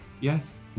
Yes